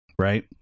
right